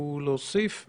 שהנושא הזה